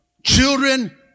Children